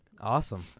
Awesome